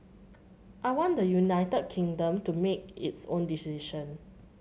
I want the United Kingdom to make its own decision